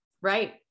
Right